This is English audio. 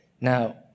Now